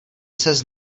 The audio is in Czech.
ses